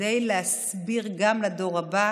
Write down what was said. כדי להסביר גם לדור הבא